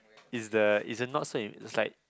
is the is the not so imp~ is like